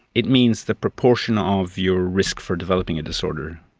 it means the proportion of your risk for developing a disorder.